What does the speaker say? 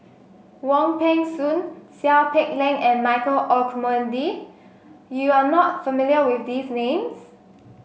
Wong Peng Soon Seow Peck Leng and Michael Olcomendy you are not familiar with these names